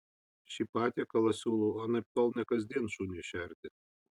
šį patiekalą siūlau anaiptol ne kasdien šuniui šerti